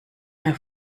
mehr